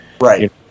Right